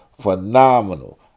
phenomenal